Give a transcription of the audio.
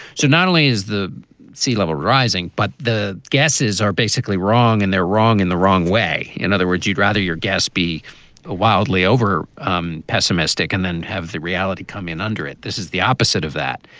so not only is the sea level rising, but the gases are basically wrong and they're wrong in the wrong way. in other words, you'd rather your gas be ah wildly over um pessimistic and then have the reality come in under it. this is the opposite of that.